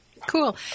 Cool